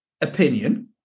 opinion